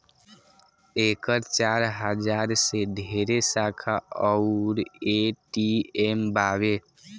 एकर चार हजार से ढेरे शाखा अउर ए.टी.एम बावे